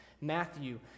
Matthew